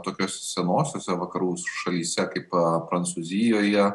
tokiose senosiose vakarų šalyse kaip prancūzijoje